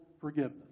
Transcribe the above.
forgiveness